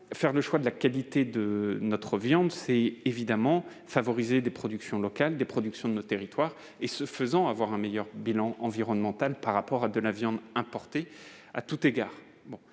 faire le choix de la qualité de notre viande, c'est évidemment favoriser la production locale, dans nos territoires et, ainsi, avoir un meilleur bilan environnemental par rapport à de la viande importée, à tous points